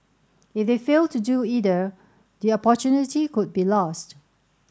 if they fail to do either the opportunity could be lost